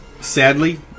Sadly